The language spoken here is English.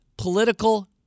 political